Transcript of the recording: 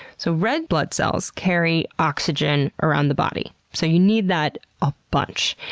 so red blood cells carry oxygen around the body, so you need that a bunch.